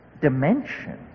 dimension